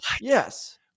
yes